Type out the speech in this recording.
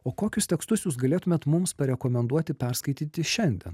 o kokius tekstus jūs galėtumėt mums parekomenduoti perskaityti šiandien